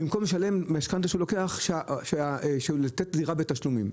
במקום לשלם על המשכנתא שהוא לוקח לתת דירה בתשלומים,